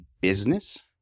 business